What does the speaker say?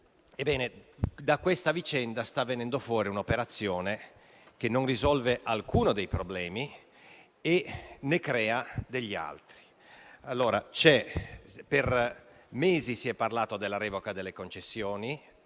da questa vicenda sta venendo fuori un'operazione che non risolve nessuno dei problemi e ne crea degli altri. Per due anni si è parlato della revoca delle concessioni